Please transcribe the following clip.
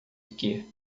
que